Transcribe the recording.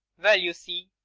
well, you see,